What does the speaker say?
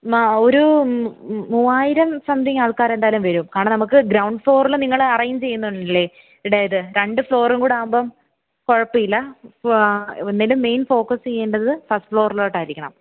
മാ ഒരു മൂവായിരം സംത്തിംഗ് ആൾക്കാർ എന്തായാലും വരും കാരണം നമുക്ക് ഗ്രൗണ്ട് ഫ്ലോറിൽ നിങ്ങൾ അറേഞ്ച് ചെയ്യുന്നില്ലേ ഇടെ ഇത് രണ്ട് ഫ്ലോറും കൂടെ ആവുമ്പം കുഴപ്പമില്ല എന്നേലും മെയിൻ ഫോകസ് ചെയ്യേണ്ടത് ഫസ്റ്റ് ഫ്ലോറിലോട്ട് ആയിരിക്കണം